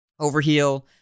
overheal